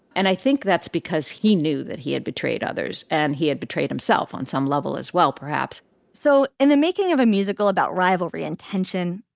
and i think that's because he knew that he had betrayed others and he had betrayed himself on some level as well, perhaps so in the making of a musical about rivalry and tension,